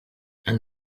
and